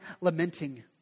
lamenting